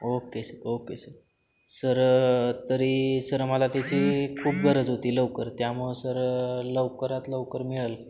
okay sir okay sir sir तरी sir आम्हाला त्याची खूप गरज होती लवकर त्यामुळं सर लवकरात लवकर मिळेल